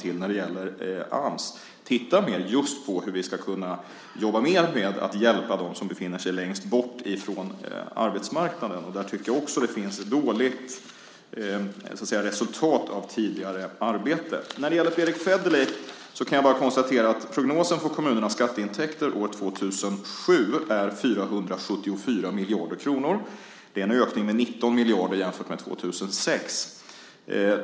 Vi ska se på hur vi kan hjälpa dem som befinner sig längst bort från arbetsmarknaden. Där tycker jag att tidigare arbete har gett dåligt resultat. Till Fredrick Federley vill jag säga att prognoserna för kommunernas skatteintäkter år 2007 är 474 miljarder kronor. Det är en ökning med 19 miljarder jämfört med 2006.